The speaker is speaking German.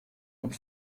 und